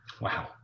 Wow